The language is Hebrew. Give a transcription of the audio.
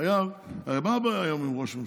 הרי מה הבעיה היום עם ראש ממשלה?